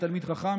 תלמיד חכם,